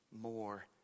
more